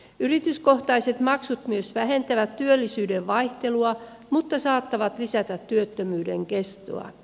yrityskohtaiset maksut myös vähentävät työllisyyden vaihtelua mutta saattavat lisätä työttömyyden kestoa